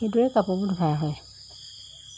সেইদৰে কাপোৰবোৰ ধোৱা হয়